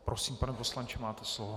Prosím, pane poslanče, máte slovo.